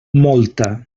molta